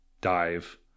dive